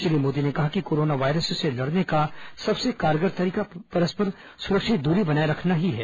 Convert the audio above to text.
श्री मोदी ने कहा कि कोरोना वायरस से लड़ने का सबसे कारगर तरीका परस्पर सुरक्षित दूरी बनाये रखना ही है